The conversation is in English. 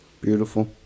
Beautiful